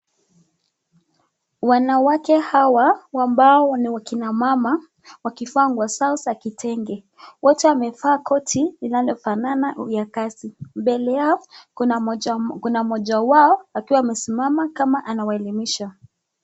Wanawake hawa ambao ni kima mama wakicaa nguo zao za kitenge, wote wamevaa koti inayofanana ni ya kazi yao, kuna moja wao anawaelimisha.